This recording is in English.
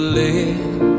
live